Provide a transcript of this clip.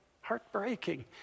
heartbreaking